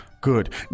Good